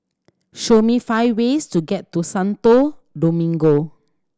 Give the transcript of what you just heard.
show me five ways to get to Santo Domingo